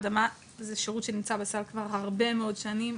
הרדמה זה שירות שנמצא בסל כבר הרבה מאוד שנים.